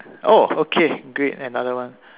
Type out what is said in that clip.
oh okay great another one